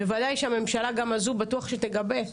בוודאי שהממשלה גם הזו בטוח שתגבה,